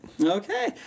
Okay